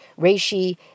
reishi